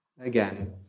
Again